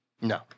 No